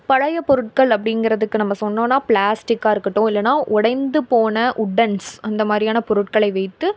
பழைய பொருட்கள் அப்படிங்கிறதுக்கு நம்ம சொன்னோன்னா பிளாஸ்டிக்காக இருக்கட்டும் இல்லைன்னா உடைந்து போன உட்டன்ஸ் அந்த மாதிரியான பொருட்களை வைத்து